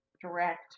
direct